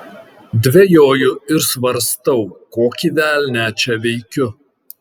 dvejoju ir svarstau kokį velnią čia veikiu